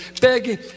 begging